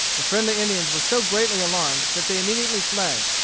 the friendly indians were so greatly alarmed that they immediately fled.